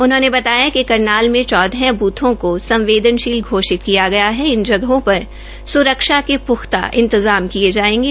उन्होंने बताया कि करनाल में चौदह बूथों को सर्वेदन शील घोषित किया गया है इन जगहों पर स्रक्षा के प्ख्ता इंतजाम किए जाएंगे